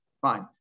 fine